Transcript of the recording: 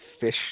fish